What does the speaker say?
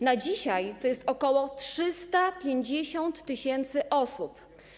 Na dzisiaj to jest ok. 350 tys. osób.